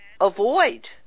avoid